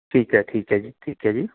ਠੀਕ ਹੈ ਠੀਕ ਹੈ ਜੀ ਠੀਕ ਹੈ ਜੀ